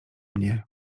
mnie